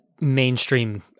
mainstream